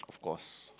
it was